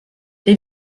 les